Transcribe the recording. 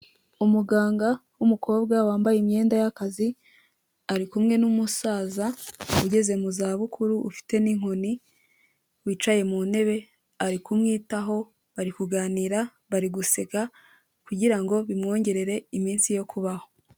Umuganga w'umukobwa wambaye imyenda y'akazi, ari kumwe n'umusaza ugeze mu zabukuru ufite n'inkoni wicaye mu ntebe, ari kumwitaho bari kuganira, bari guseka kugira ngo bimwongerere iminsi yo kubaho.